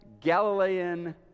Galilean